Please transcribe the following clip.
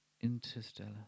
Interstellar